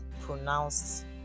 pronounced